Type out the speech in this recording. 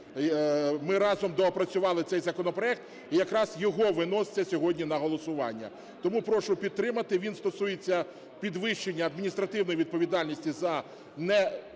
ми разом доопрацювали цей законопроект, і якраз він виноситься сьогодні на голосування. Тому прошу підтримати. Він стосується підвищення адміністративної відповідальності за невідповідь